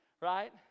Right